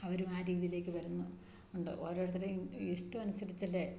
അവരും ആ രീതിയിലേക്ക് വരുന്നുണ്ട് ഓരോരുത്തരും ഇഷ്ടം അനുസരിച്ചല്ലേ